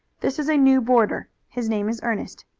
this is a new boarder. his name is ernest.